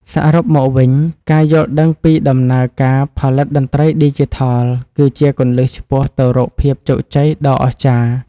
សរុបមកវិញការយល់ដឹងពីដំណើរការផលិតតន្ត្រីឌីជីថលគឺជាគន្លឹះឆ្ពោះទៅរកភាពជោគជ័យដ៏អស្ចារ្យ។